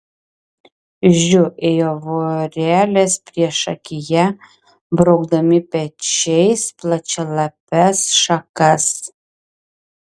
žiu ėjo vorelės priešakyje braukdami pečiais plačialapes šakas